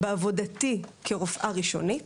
בעבודתי כרופאה ראשונית